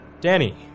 Danny